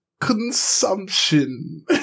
consumption